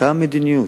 אותה מדיניות,